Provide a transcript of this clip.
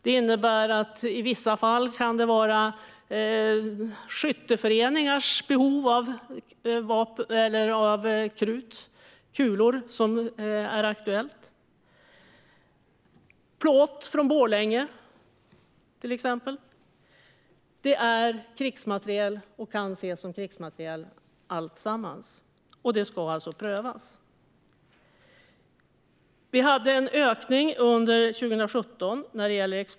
Det innebär att det i vissa fall kan vara skytteföreningars behov av krut och kulor som kan vara aktuellt. Det kan vara fråga om plåt från Borlänge. Allt detta kan ses som krigsmateriel, och det ska alltså prövas. Vi hade en ökning av exporten 2017.